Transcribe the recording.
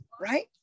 Right